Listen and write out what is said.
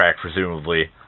presumably